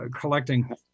collecting